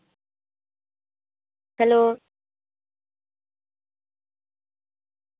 hello